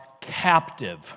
captive